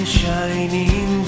shining